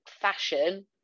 fashion